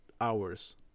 hours